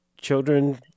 children